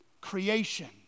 creation